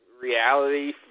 Reality